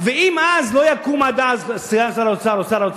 ואם עד אז לא יקום אתר אינטרנט,